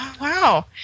Wow